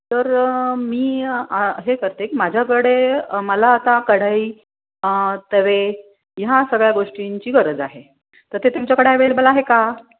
तर मी आ हे करते माझ्याकडे मला आता कढई तवे ह्या सगळ्या गोष्टींची गरज आहे तर ते तुमच्याकडे अवेलेबल आहे का